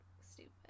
stupid